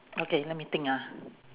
okay let me think ah